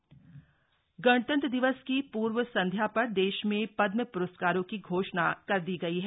Padmashri awardee गणतंत्र दिवस की पूर्व संध्या पर देश में पदम प्रस्कारों की घोषणा कर दी गई है